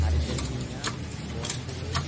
Argentina Portugal